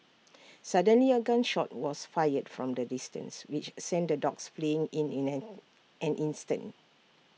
suddenly A gun shot was fired from A distance which sent the dogs fleeing in in an an instant